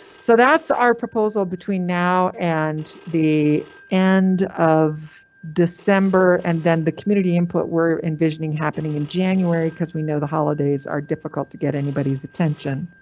so that's our proposal between now and the end and of december, and then the community input, we're envisioning happening in january, cause we know the holidays are difficult to get anybody's attention.